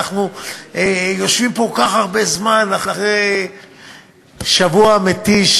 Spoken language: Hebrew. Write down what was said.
אנחנו יושבים פה כל כך הרבה זמן אחרי שבוע מתיש,